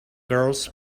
girls